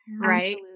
right